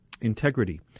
integrity